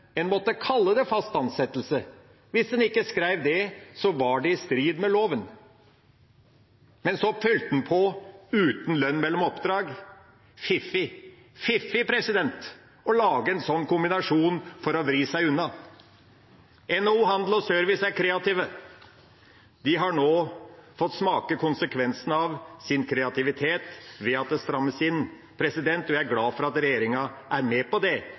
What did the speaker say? en måtte kalle det fast ansettelse. Hvis en ikke skrev det, var det i strid med loven. Men så tilføyde man «uten lønn mellom oppdrag». Fiffig! Det er fiffig å lage en sånn kombinasjon for å vri seg unna. NHO Service og Handel er kreative. De har nå fått smake konsekvensene av sin kreativitet ved at det strammes inn. Jeg er glad for at regjeringa er med på det,